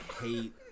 hate